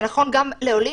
זה נכון גם לעולים,